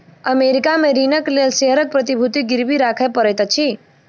America में ऋणक लेल शेयरक प्रतिभूति गिरवी राखय पड़ैत अछि